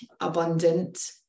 abundant